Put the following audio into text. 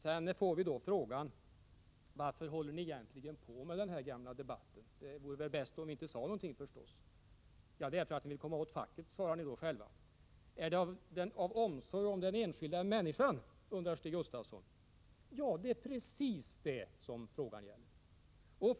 Sedan får vi frågan: Varför håller ni egentligen på med den här gamla debatten? Det vore förstås bäst om vi inte sade någonting. Socialdemokraterna själva hävdar att vi för denna debatt därför att vi vill komma åt facket. Stig Gustafsson undrar också om vi gör det av omsorg om den enskilda människan. Ja, det är precis det som frågan gäller.